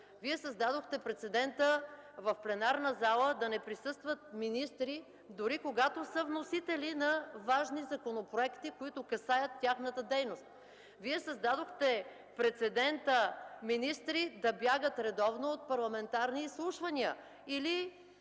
Вие създадохте прецедента в пленарната зала да не присъстват министри, дори когато са вносители на важни законопроекти, касаещи тяхната дейност. Вие създадохте прецедент министри да бягат редовно от парламентарни изслушвания